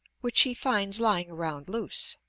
which he finds lying around loose.